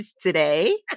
today